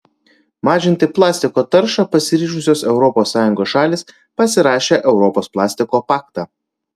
mažinti plastiko taršą pasiryžusios europos sąjungos šalys pasirašė europos plastiko paktą